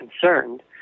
concerned